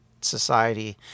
society